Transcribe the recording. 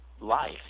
life